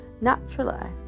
naturally